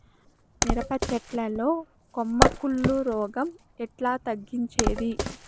మిరప చెట్ల లో కొమ్మ కుళ్ళు రోగం ఎట్లా తగ్గించేది?